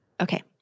Okay